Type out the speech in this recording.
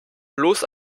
bloß